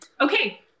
okay